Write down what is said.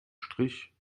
strich